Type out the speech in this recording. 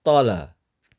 तल